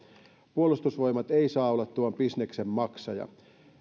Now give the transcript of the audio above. puolustusvoimat ei saa olla tuon bisneksen maksaja